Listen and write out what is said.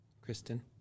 Kristen